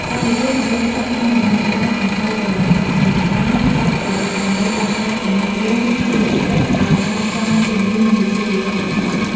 កម្ពុជាកំពុងស្ថិតក្នុងដំណើរការបង្កើត "តុលាការពាណិជ្ជកម្ម" ដាច់ដោយឡែក ដើម្បីដោះស្រាយសំណុំរឿងធុរកិច្ចឱ្យបានចំជំនាញ និងវិជ្ជាជីវៈបំផុត។